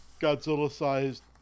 Godzilla-sized